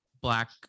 Black